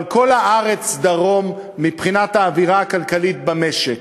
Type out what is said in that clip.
אבל כל הארץ דרום מבחינת האווירה הכלכלית במשק.